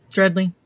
Dreadly